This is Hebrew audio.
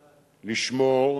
לשמור,